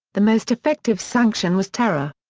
the most effective sanction was terror.